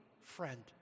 friend